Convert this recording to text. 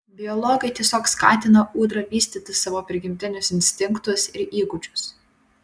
biologai tiesiog skatina ūdra vystyti savo prigimtinius instinktus ir įgūdžius